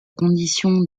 condition